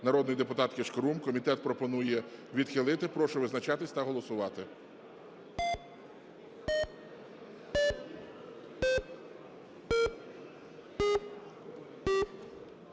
народної депутатки Шкрум. Комітет пропонує відхилити. Прошу визначатись та голосувати.